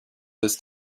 this